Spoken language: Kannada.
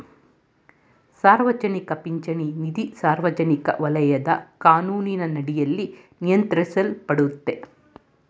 ಸಾರ್ವಜನಿಕ ಪಿಂಚಣಿ ನಿಧಿ ಸಾರ್ವಜನಿಕ ವಲಯದ ಕಾನೂನಿನಡಿಯಲ್ಲಿ ನಿಯಂತ್ರಿಸಲ್ಪಡುತ್ತೆ